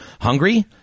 Hungry